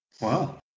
Wow